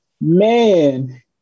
Man